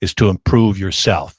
is to improve yourself.